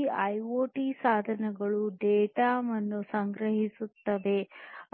ಈ ಐಒಟಿ ಸಾಧನಗಳು ಡೇಟಾವನ್ನು ಸಂಗ್ರಹಿಸುತ್ತವೆ